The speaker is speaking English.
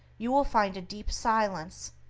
you will find a deep silence,